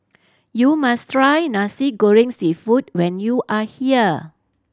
you must try Nasi Goreng Seafood when you are here